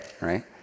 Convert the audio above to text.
right